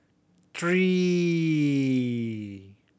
three